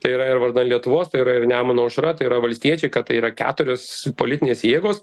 tai yra ir vardan lietuvos tai yra ir nemuno aušra tai yra valstiečiai kad tai yra keturios politinės jėgos